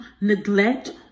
neglect